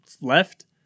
left